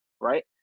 right